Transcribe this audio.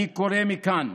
אני קורא מכאן